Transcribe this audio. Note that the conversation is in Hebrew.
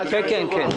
זה התפקיד שלהם.